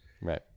Right